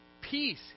peace